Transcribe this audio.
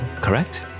correct